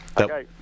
Okay